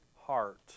heart